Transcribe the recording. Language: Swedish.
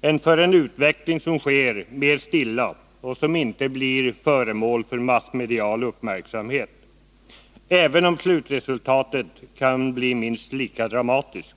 än för en utveckling som sker mer stilla och som inte blir föremål för massmedial uppmärksamhet, även om slutresultatet kan bli minst lika dramatiskt.